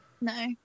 No